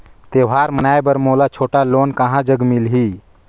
त्योहार मनाए बर मोला छोटा लोन कहां जग मिलही?